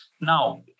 Now